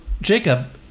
Jacob